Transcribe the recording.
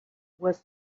was